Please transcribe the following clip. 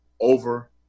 over